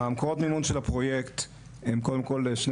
מקורות המימון של הפרויקט הם קודם כל שני